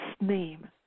name